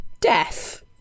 death